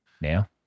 now